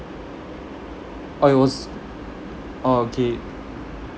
orh it was orh okay